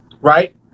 right